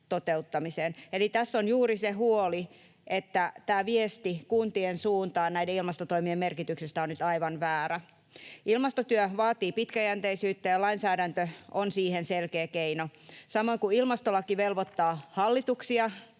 Eli tässä on juuri se huoli, että tämä viesti kuntien suuntaan näiden ilmastotoimien merkityksestä on nyt aivan väärä. Ilmastotyö vaatii pitkäjänteisyyttä, ja lainsäädäntö on siihen selkeä keino. Samoin kuin ilmastolaki velvoittaa hallituksia